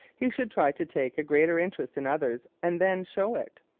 he should try to take a greater interest in others and then show it.